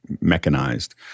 mechanized